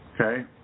Okay